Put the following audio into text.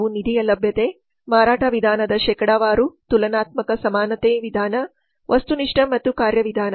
ಅವು ನಿಧಿಯ ಲಭ್ಯತೆ ಮಾರಾಟ ವಿಧಾನದ ಶೇಕಡಾವಾರು ತುಲನಾತ್ಮಕ ಸಮಾನತೆ ವಿಧಾನ ಮತ್ತು ವಸ್ತುನಿಷ್ಠ ಮತ್ತು ಕಾರ್ಯ ವಿಧಾನ